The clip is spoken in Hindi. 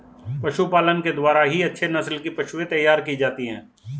पशुपालन के द्वारा ही अच्छे नस्ल की पशुएं तैयार की जाती है